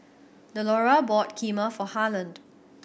Delora bought Kheema for Harland